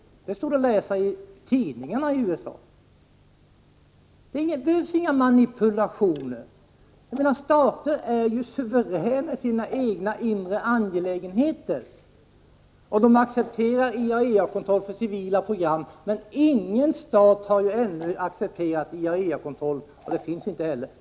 Att så skedde stod att läsa i tidningarna i USA. Det behövs alltså inga manipulationer. Stater är ju suveräna när det gäller deras inre angelägenheter. Det som är avgörande är om en stat accepterar IAEA kontroll för civila program.